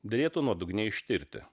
derėtų nuodugniai ištirti